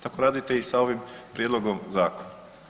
Tako radite i sa ovim prijedlogom zakona.